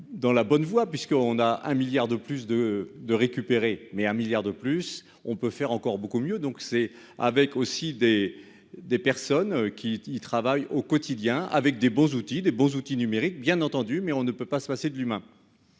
dans la bonne voie, puisqu'on a un milliard de plus de de récupérer mais un milliard de plus, on peut faire encore beaucoup mieux, donc c'est avec aussi des des personnes qui y travaillent au quotidien avec des beaux outils des beaux outils numériques, bien entendu, mais on ne peut pas se passer de l'humain.